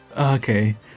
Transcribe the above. okay